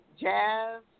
jazz